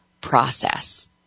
process